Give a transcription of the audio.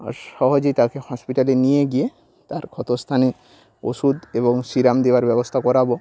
আর সহজেই তাকে হসপিটালে নিয়ে গিয়ে তার ক্ষতস্থানে ওষুধ এবং সিরাম দেওয়ার ব্যবস্থা করাবো